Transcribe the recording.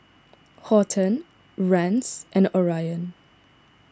Horton Rance and Orion